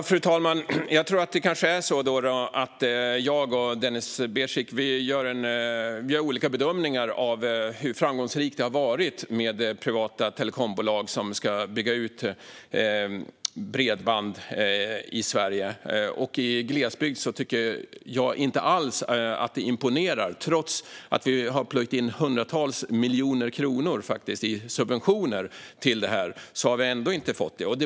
Fru talman! Det kanske är så att jag och Denis Begic gör olika bedömningar av hur framgångsrikt det har varit med privata telekombolag som ska bygga ut bredband i Sverige. I glesbygd tycker jag inte alls att det imponerar. Trots att vi har plöjt in hundratals miljoner kronor i subventioner till det här har vi ändå inte fått det.